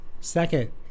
Second